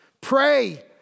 pray